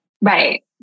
Right